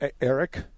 Eric